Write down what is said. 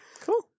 Cool